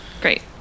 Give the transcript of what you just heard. great